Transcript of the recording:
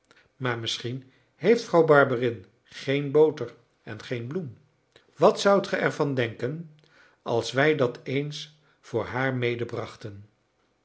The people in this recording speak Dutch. maar misschien heeft vrouw barberin geen boter en geen bloem wat zoudt ge er van denken als wij dat eens voor haar